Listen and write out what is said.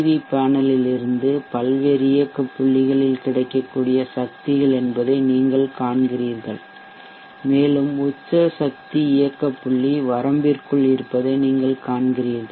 we பேனலில் இருந்து பல்வேறு இயக்க புள்ளிகளில் கிடைக்கக்கூடிய சக்திகள் என்பதை நீங்கள் காண்கிறீர்கள் மேலும் உச்ச சக்தி இயக்க புள்ளி வரம்பிற்குள் இருப்பதை நீங்கள் காண்கிறீர்கள்